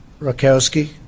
Rakowski